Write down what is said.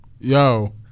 Yo